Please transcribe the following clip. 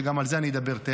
כשגם על זה תכף אדבר.